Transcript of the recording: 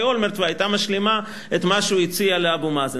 אולמרט והיתה משלימה את מה שהוא הציע לאבו מאזן.